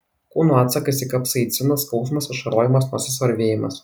kūno atsakas į kapsaiciną skausmas ašarojimas nosies varvėjimas